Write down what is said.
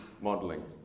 modeling